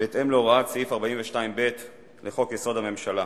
בהתאם להוראת סעיף 42ב לחוק-יסוד: הממשלה,